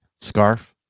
Scarf